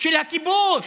של הכיבוש.